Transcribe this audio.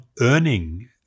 earning